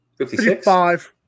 55